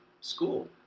school